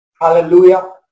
Hallelujah